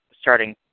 starting